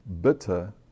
bitter